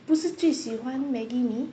不是最喜欢 maggi mee